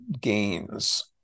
gains